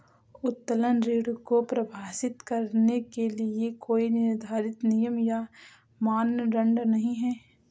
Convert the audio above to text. उत्तोलन ऋण को परिभाषित करने के लिए कोई निर्धारित नियम या मानदंड नहीं है